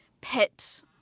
pet